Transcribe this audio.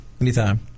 Anytime